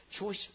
choice